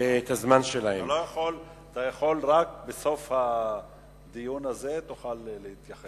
רק בסוף הדיון תוכל להתייחס.